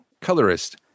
Colorist